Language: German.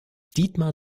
dietmar